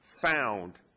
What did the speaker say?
found